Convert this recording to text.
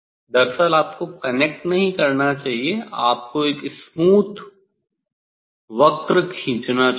दरअसल आपको कनेक्ट नहीं करना चाहिए आपको एक स्मूथ वक्र खींचना चाहिए